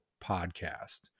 podcast